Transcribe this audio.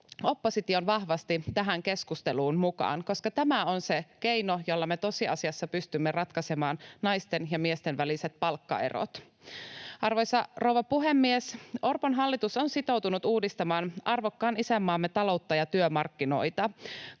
opposition vahvasti tähän keskusteluun mukaan, koska tämä on se keino, jolla me tosiasiassa pystymme ratkaisemaan naisten ja miesten väliset palkkaerot. Arvoisa rouva puhemies! Orpon hallitus on sitoutunut uudistamaan arvokkaan isänmaamme taloutta ja työmarkkinoita.